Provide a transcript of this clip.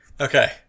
Okay